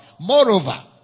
moreover